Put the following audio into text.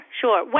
sure